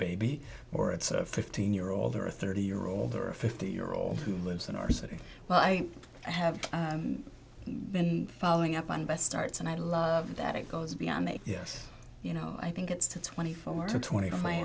baby or it's a fifteen year old or a thirty year old or a fifty year old who lives in our city well i have been following up on best starts and i love that it goes beyond that yes you know i think it's twenty four to twenty five my